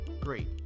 great